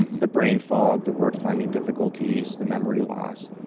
the brain fog, the word finding difficulties, the memory loss.